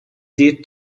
دید